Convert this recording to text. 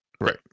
Right